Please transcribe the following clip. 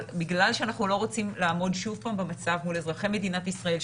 אבל בגלל שאנחנו לא רוצים לעמוד שוב פעם במצב מול אזרחי מדינת ישראל,